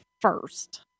first